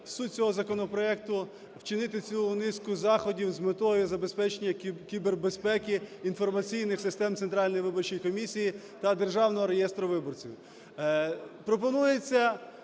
Суть цього законопроекту – вчинити цю низку заходів з метою забезпечення кібербезпеки інформаційних систем Центральної виборчої комісії та Державного реєстру виборців.